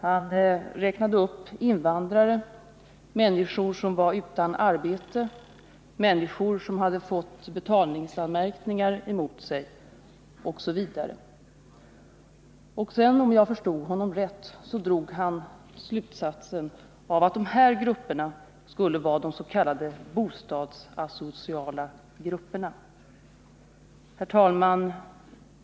Han räknade upp invandrare, människor som var utan arbete, människor som hade fått betalningsanmärkningar emot sig osv. Och sedan drog han — om jag förstod honom rätt — slutsatsen att de grupperna skulle vara de s.k. bostadsasociala grupperna. Herr talman!